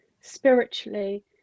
spiritually